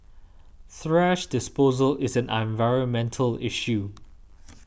thrash disposal is an environmental issue